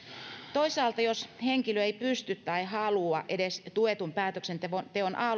toisaalta jos henkilö ei pysty tai halua edes tuetun päätöksenteon